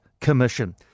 Commission